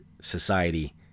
society